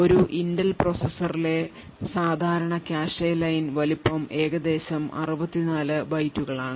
ഒരു ഇന്റൽ പ്രോസസറിലെ സാധാരണ കാഷെ ലൈൻ വലുപ്പം ഏകദേശം 64 ബൈറ്റുകളാണ്